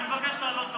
מי אמר את זה?